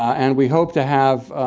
and we hope to have